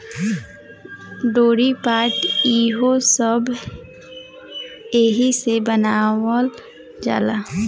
डोरी, पाट ई हो सब एहिसे बनावल जाला